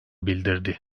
bildirdi